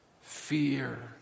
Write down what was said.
Fear